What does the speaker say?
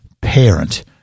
parent